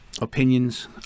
opinions